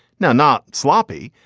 now, not sloppy,